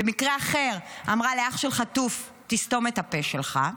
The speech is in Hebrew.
ובמקרה אחר אמרה לאח של חטוף: תסתום את הפה שלך,